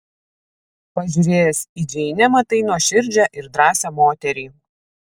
pažiūrėjęs į džeinę matai nuoširdžią ir drąsią moterį